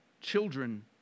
children